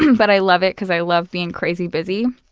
but i love it because i love being crazy busy.